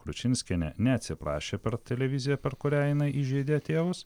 kručinskienė neatsiprašė per televiziją per kurią jinai įžeidė tėvus